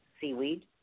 seaweed